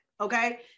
okay